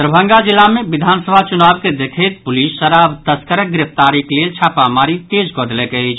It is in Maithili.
दरभंगा जिला मे विधानसभा चुनाव के देखैत पुलिस शराब तस्करक गिरफ्तारीक लेल छापामारी तेज कऽ देलक अछि